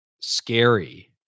scary